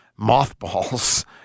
Mothballs